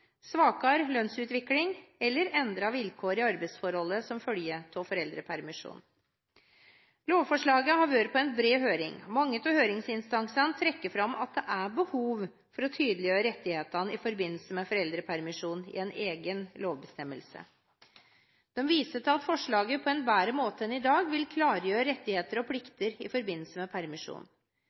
svakere lønnsutvikling eller endrede vilkår i arbeidsforholdet som følge av foreldrepermisjon. Lovforslaget har vært på en bred høring. Mange av høringsinstansene trekker fram at det er behov for å tydeliggjøre rettighetene i forbindelse med foreldrepermisjon i en egen lovbestemmelse. De viser til at forslaget på en bedre måte enn i dag vil klargjøre rettigheter og plikter i forbindelse med